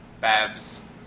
Babs